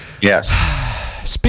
Yes